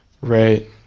Right